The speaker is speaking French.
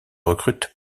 recrutent